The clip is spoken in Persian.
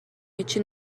هیچی